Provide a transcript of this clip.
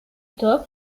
top